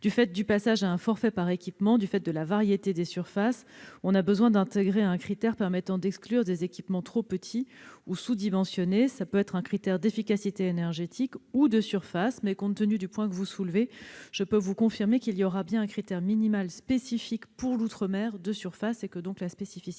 Du fait du passage à un forfait par équipement et de la variété des surfaces, on a besoin d'intégrer un critère permettant d'exclure des équipements trop petits ou sous-dimensionnés. Cela peut être un critère d'efficacité énergétique ou de surface. Compte tenu des arguments que vous soulevez, je vous confirme qu'il y aura bien un critère minimal de surface spécifique à l'outre-mer. Le Gouvernement demande donc le retrait de cet